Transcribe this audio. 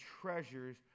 treasures